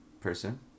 person